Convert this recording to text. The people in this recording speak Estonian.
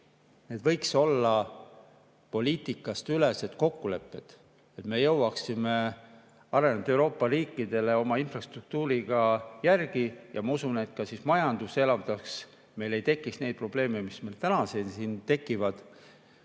Need võiks olla poliitikaülesed kokkulepped, et me jõuaksime arenenud Euroopa riikidele oma infrastruktuuriga järele ja ma usun, et siis majandus elavneks, meil ei tekiks neid probleeme, mis meil täna tekivad.